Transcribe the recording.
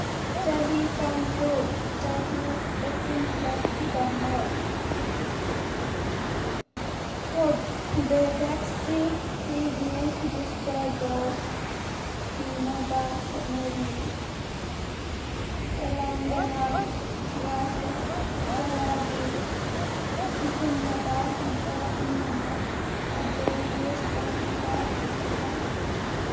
ꯆꯍꯤ ꯀꯥꯡꯂꯨꯞ ꯆꯍꯤ ꯑꯩꯠꯇꯤꯟ ꯄ꯭ꯂꯁꯀꯤꯗꯃꯛ ꯀꯣꯔꯕꯦꯕꯦꯛꯁꯀꯤ ꯐ꯭ꯔꯤꯒꯤ ꯕꯨꯁꯇꯔ ꯗꯣꯁ ꯊꯤꯅꯕ ꯍꯣꯠꯅꯔꯤ ꯇꯦꯂꯥꯡꯒꯅꯥ ꯔꯥꯁꯖꯌꯥꯒꯤ ꯑꯁꯤꯒꯨꯝꯂꯕ ꯁꯦꯟꯇꯔ ꯄꯨꯝꯅꯃꯛ ꯑꯗꯣ ꯂꯤꯁ ꯇꯧꯕꯤꯕ ꯌꯥꯒꯗ꯭ꯔꯥ